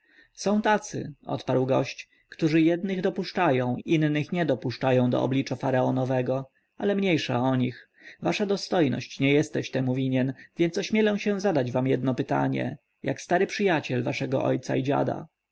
są tacy odparł gość którzy jednych dopuszczają innych nie dopuszczają do oblicza faraonowego ale mniejsza o nich wasza dostojność nie jesteś temu winien więc ośmielę się zadać wam jedno pytanie jako stary przyjaciel waszego dziada